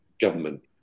government